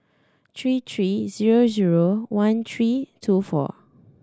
three three zero zero one three two four